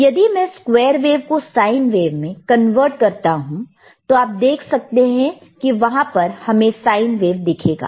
तो यदि मैं स्क्वेयर वेव को साइन वेव में कन्वर्ट करता हूं तो आप देख सकते हैं कि वहां पर हमें साइन वेव दिखेगा